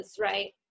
Right